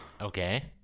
Okay